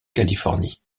californie